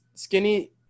skinny